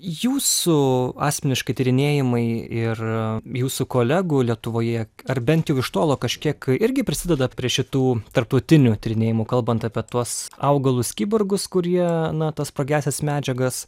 jūsų asmeniškai tyrinėjimai ir jūsų kolegų lietuvoje ar bent jau iš tolo kažkiek irgi prisideda prie šitų tarptautinių tyrinėjimų kalbant apie tuos augalus kiborgus kurie na tas sprogiąsias medžiagas